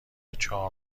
چهار